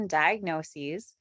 diagnoses